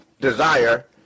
desire